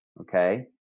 okay